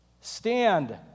stand